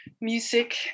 music